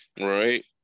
Right